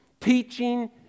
teaching